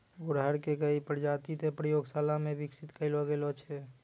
गुड़हल के कई प्रजाति तॅ प्रयोगशाला मॅ विकसित करलो गेलो छै